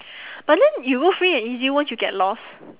but then you go free and easy won't you get lost